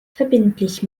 verbindlich